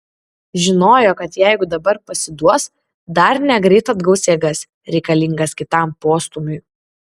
žinojo kad jeigu dabar pasiduos dar negreit atgaus jėgas reikalingas kitam postūmiui